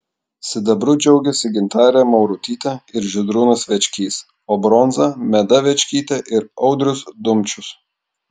sidabru džiaugėsi gintarė maurutytė ir žydrūnas večkys o bronza meda večkytė ir audrius dumčius